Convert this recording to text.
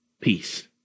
Peace